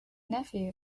nephew